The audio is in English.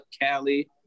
Cali